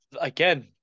again